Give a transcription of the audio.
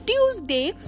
Tuesday